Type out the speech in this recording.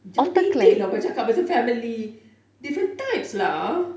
jangan bedek lah kau cakap different family different types lah